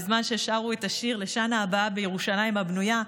בזמן ששרו את השיר "לשנה הבאה בירושלים הבנויה",